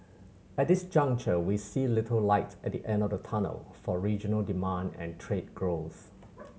at this juncture we see little light at the end of the tunnel for regional demand and trade growth